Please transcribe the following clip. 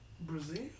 Brazil